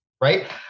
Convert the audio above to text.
Right